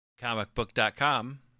comicbook.com